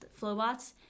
Flowbots